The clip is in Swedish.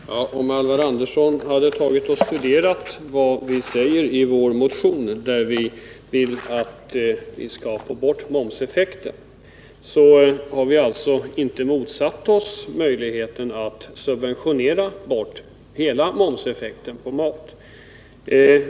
Herr talman! Om Alvar Andersson hade studerat vad vi säger i vår motion, där vi vill få bort momseffekten, skulle han finna att vi inte har motsatt oss möjligheten att subventionera bort hela momseffekten på mat.